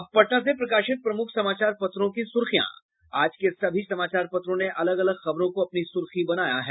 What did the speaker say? अब पटना से प्रकाशित प्रमुख समाचार पत्रों की सुर्खियां आज के सभी समाचार पत्रों ने अलग अलग खबरों को अपनी सुर्खी बनायी है